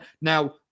now